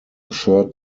shirt